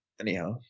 anyhow